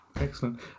Excellent